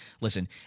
listen